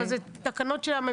אז --- אלו תקנות שהממשלה אישרה.